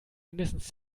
mindestens